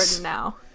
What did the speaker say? now